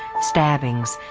stabbings,